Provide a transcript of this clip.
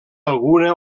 alguna